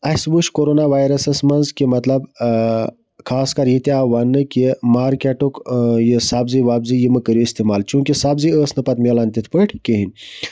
اَسہِ وٕچھ کَرونا وایرَسَس منٛز کہِ مطلب اَگر خاص کر ییٚتہِ آو وَننہٕ کہِ مارکٮ۪ٹُک یہِ سَبزی وَبزی یہِ مہٕ کٔرِو اِستعمال چوٗنکہِ سَبزی ٲس نہٕ پَتہٕ مِلان تِتھ پٲٹھۍ کِہیٖنۍ